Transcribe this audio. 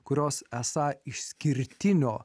kurios esą išskirtinio